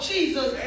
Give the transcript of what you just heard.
Jesus